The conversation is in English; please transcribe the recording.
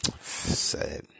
Sad